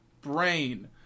brain